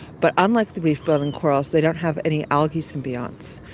but unlike the reef-building corals they don't have any algae symbionts.